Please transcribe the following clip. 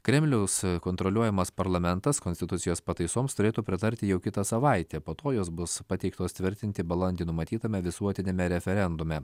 kremliaus kontroliuojamas parlamentas konstitucijos pataisoms turėtų pritarti jau kitą savaitę po to jos bus pateiktos tvirtinti balandį numatytame visuotiniame referendume